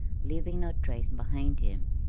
leaving no trace behind him.